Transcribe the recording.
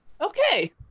Okay